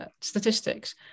statistics